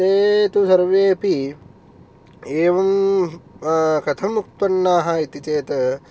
ते तु सर्वेऽपि एवं कथम् उत्पन्नाः इति चेत्